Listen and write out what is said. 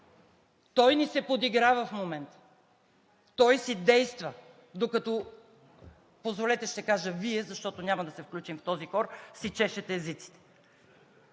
Той ни се подиграва в момента, той си действа, докато, позволете, ще кажа Вие, защото няма да се включим в този хор, си чешете езиците.